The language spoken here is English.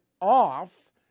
off